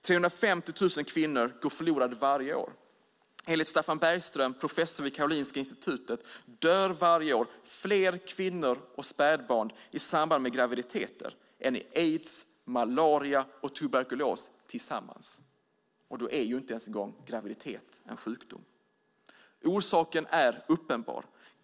350 000 kvinnor går förlorade varje år. Enligt Staffan Bergström, professor vid Karolinska Institutet, dör varje år fler kvinnor och spädbarn i samband med graviditeter än i aids, malaria och tuberkulos tillsammans. Och då är graviditet inte ens en sjukdom. Orsaken är uppenbar.